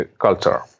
culture